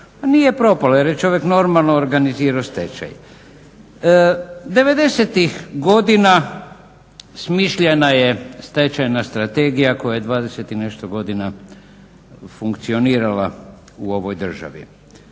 nije propala jer je čovjek normalno organizirao stečaj. Devedesetih godina smišljena je stečajna strategija koja je 20 i nešto godina funkcionirala u ovoj državi.